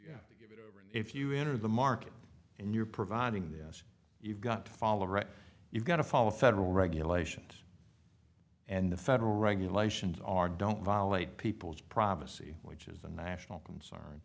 right if you enter the market and you're providing this you've got to follow you've got to follow federal regulations and the federal regulations are don't violate people's privacy which is a national concern